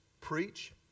preach